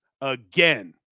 again